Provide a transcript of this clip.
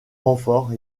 renfort